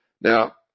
Now